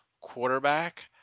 quarterback